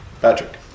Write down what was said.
Patrick